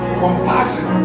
compassion